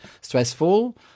stressful